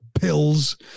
pills